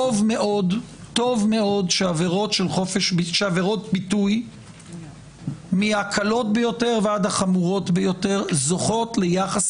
טוב מאוד שעבירות ביטוי מהקלות ביותר ועד החמורות ביותר זוכות ליחס